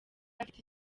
afite